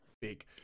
big